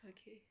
okay